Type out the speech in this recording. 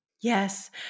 Yes